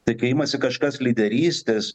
tai kai imasi kažkas lyderystės